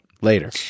Later